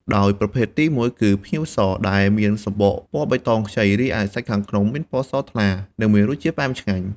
ដោយប្រភេទទីមួយគឺ ផ្ញៀវស ដែលមានសំបកពណ៌បៃតងខ្ចី រីឯសាច់ខាងក្នុងមានពណ៌សថ្លា និងមានរសជាតិផ្អែមឆ្ងាញ់។